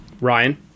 Ryan